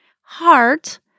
Heart